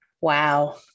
wow